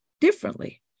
differently